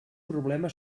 problema